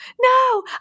no